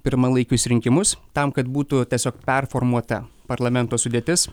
pirmalaikius rinkimus tam kad būtų tiesiog performuota parlamento sudėtis